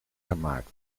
gemaakt